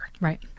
Right